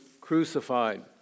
crucified